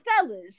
fellas